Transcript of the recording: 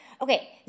Okay